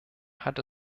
hat